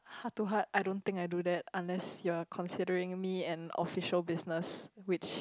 heart to heart I don't think I do that unless you are considering me an official business which